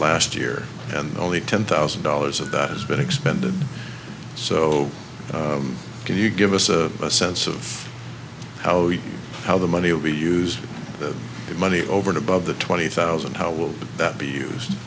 last year and only ten thousand dollars of that has been expended so can you give us a sense of how you how the money will be used the money over an above the twenty thousand how will that be used